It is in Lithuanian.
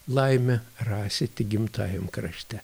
laimę rasi tik gimtajam krašte